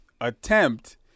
attempt